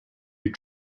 you